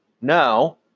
now